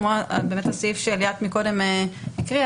כמו הסעיף שליאת קודם קראה,